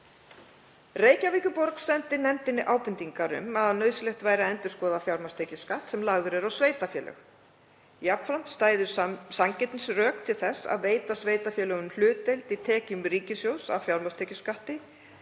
Reykjavíkurborg sendi nefndinni ábendingar um að nauðsynlegt væri að endurskoða fjármagnstekjuskatt sem lagður er á sveitarfélög. Jafnframt stæðu sanngirnisrök til þess að veita sveitarfélögum hlutdeild í tekjum ríkissjóðs af fjármagnstekjuskatti